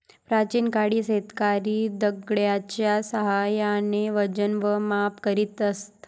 प्राचीन काळी शेतकरी दगडाच्या साहाय्याने वजन व माप करीत असत